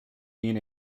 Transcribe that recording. mean